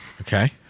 Okay